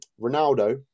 Ronaldo